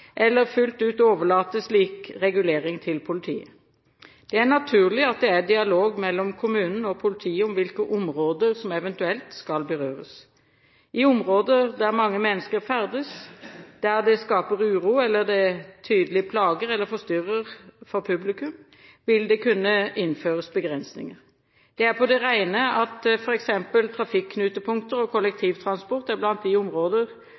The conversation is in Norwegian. eller fullt ut overlate slik regulering til politiet. Det er naturlig at det er dialog mellom kommunen og politiet om hvilke områder som eventuelt skal berøres. I områder der mange mennesker ferdes, der det skaper uro, eller der det tydelig plager eller forstyrrer publikum, vil det kunne innføres begrensninger. Det er på det rene at f.eks. trafikknutepunkter og kollektivtransport er blant de områder